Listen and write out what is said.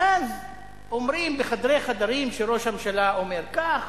ואז אומרים בחדרי חדרים שראש הממשלה אומר כך,